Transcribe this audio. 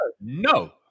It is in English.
no